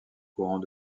courants